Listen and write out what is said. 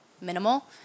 minimal